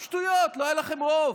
שטויות, לא היה לכם רוב.